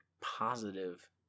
positive